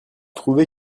trouvé